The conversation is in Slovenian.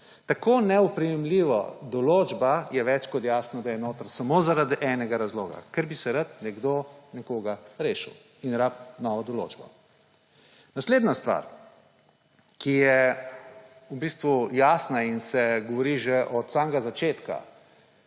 Tako neoprijemljiva določba je več kot jasno, da je notri samo zaradi enega razloga – ker bi se rad nekdo nekoga rešil in rabi novo določbo. Naslednja stvar, ki je v bistvu jasna in se govori že od samega začetka.